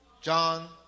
John